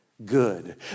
Good